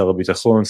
שר הביטחון,